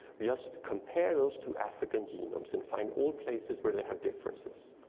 we just compare those two african genomes and find all places where they have differences.